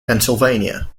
pennsylvania